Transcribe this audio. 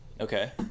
Okay